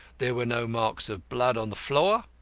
there were no marks of blood on the floor.